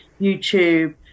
YouTube